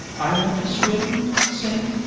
i want to swim, sink,